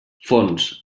fons